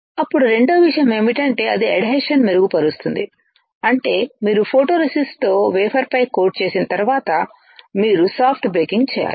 అప్పుడు రెండవ విషయం ఏమిటంటే అది ఎడ్హెషన్ ను మెరుగుపరుస్తుంది అంటే మీరు ఫోటోరేసిస్ట్తో వేఫర్ పై కోట్ వేసిన తర్వాత మీరు సాఫ్ట్ బేకింగ్ చేయాలి